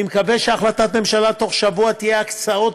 אני מקווה שהחלטת הממשלה בתוך שבוע תהיה הקצאות,